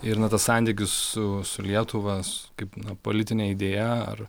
ir na tas santykis su lietuva su kaip politine idėja ar